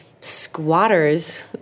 squatter's